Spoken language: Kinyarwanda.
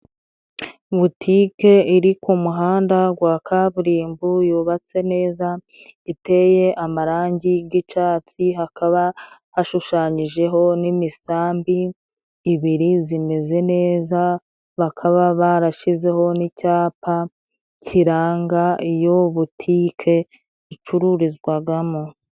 Butike iri ku muhanda gwa kaburimbo yubatse neza iteye amarangi g'icyatsi, hakaba hashushanyijeho n'imisambi ibiri zimeze neza, bakaba barashizeho n'icyapa kiranga iyo butike icururizwagamo.